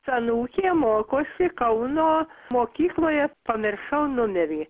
anūkė mokosi kauno mokykloje pamiršau numerį